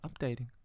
updating